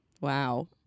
wow